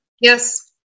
Yes